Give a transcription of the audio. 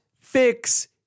fix